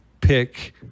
pick